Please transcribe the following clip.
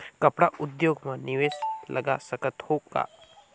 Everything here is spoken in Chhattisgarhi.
कपड़ा उद्योग म निवेश लगा सकत हो का?